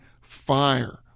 fire